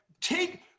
take